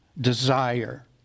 Desire